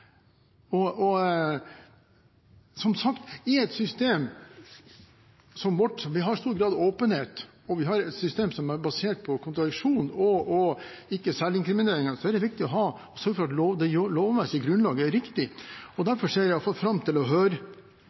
Som sagt er det i et system som vårt, hvor vi har stor grad av åpenhet og et system som er basert på kontradiksjon og ikke selvinkriminering, viktig å sørge for at det lovmessige grunnlaget er riktig. Derfor ser jeg fram til å høre